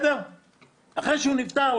אחרי שהוא נפטר,